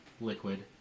liquid